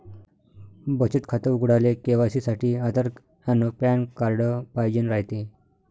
बचत खातं उघडाले के.वाय.सी साठी आधार अन पॅन कार्ड पाइजेन रायते